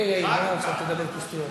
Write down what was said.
תהיה יעיל, מה עכשיו תדבר פה שטויות.